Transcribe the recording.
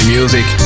Music